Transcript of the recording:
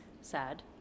sad